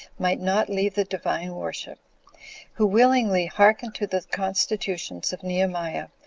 might not leave the divine worship who willingly hearkened to the constitutions of nehemiah,